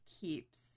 keeps